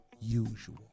usual